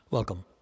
Welcome